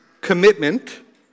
commitment